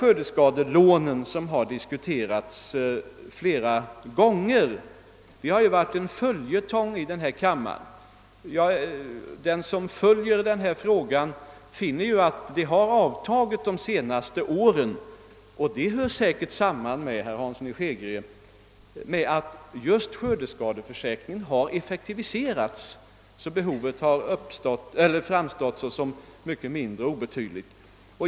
Skördeskadelånen har 'diskuterats många gånger — de har varit en följetong i denna kammare. Under de senaste åren har emellertid debatterna om dem avtagit, och det hör säkerligen samman med att skördeskadeförsäkringen har effektiviserats. Behovet av diskussion har därför minskat.